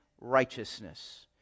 righteousness